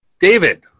david